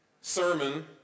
sermon